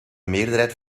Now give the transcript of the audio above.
meerderheid